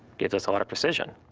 give us a lot of precision.